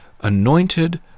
anointed